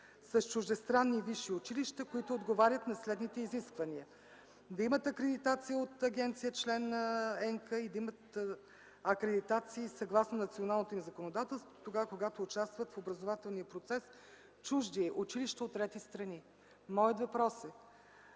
с чуждестранни висши училища, които отговарят на следните изисквания: да имат акредитация от агенция, член на” ENQA, и да имат акредитации съгласно националното им законодателство, тогава когато участват в образователния процес чужди училища от трети страни. Моят въпрос е: